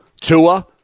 Tua